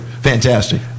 Fantastic